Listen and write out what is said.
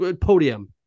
podium